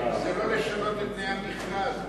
זה לא לשנות את תנאי המכרז,